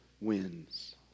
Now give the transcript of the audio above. wins